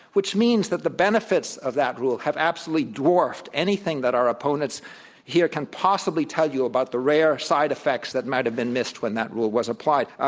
which means that the benefits of that rule have absolutely dwarfed anything that our opponents here can possibly tell you about the rare side effects that might have been missed when that rule was applied.